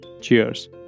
cheers